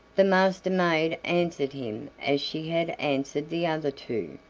the master-maid answered him as she had answered the other two,